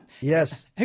Yes